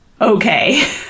Okay